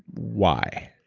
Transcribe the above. why?